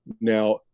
Now